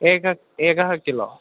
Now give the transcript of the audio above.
एकः एकः किलो